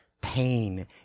pain